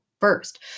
first